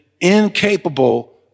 incapable